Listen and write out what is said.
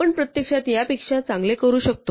आपण प्रत्यक्षात यापेक्षा चांगले करू शकतो